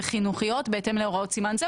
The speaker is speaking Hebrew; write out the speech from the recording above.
וחינוכיות בהתאם להוראות סימן זה.